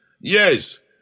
Yes